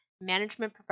Management